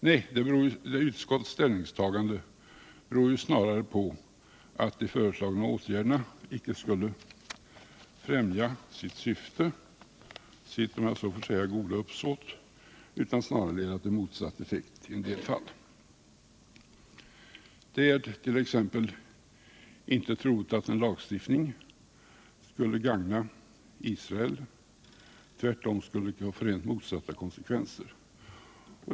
Nej, utskottets ställningstagande beror främst på att de föreslagna åtgärderna icke skulle främja sitt syfte, sitt — om jag så får säga — goda uppsåt, utan snarare ge motsatt effekt i en del fall. Det är t.ex. inte troligt att en lagstiftning skulle gagna Israel. Tvärtom skulle den kunna få rent motsatta konsekvenser.